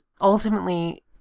ultimately